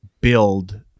build